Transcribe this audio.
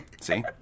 see